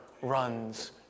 runs